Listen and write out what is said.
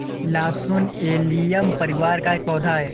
लहसुन एलियम परिवार का एक पौधा है